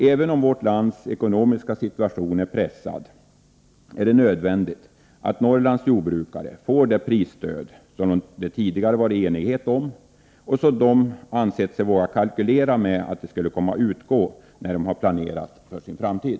Även om vårt lands ekonomiska situation är pressad är det nödvändigt att Norrlands jordbrukare får det prisstöd som det tidigare rått enighet om och som de ansett sig våga kalkylera med skulle komma att utgå, när de planerat för sin framtid.